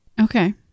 Okay